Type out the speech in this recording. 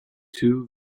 two